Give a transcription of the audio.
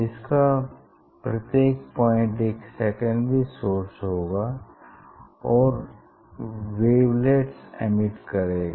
इसका प्रत्येक पॉइंट एक सेकेंडरी सोर्स होगा और ववेलेट्स एमिट करेगा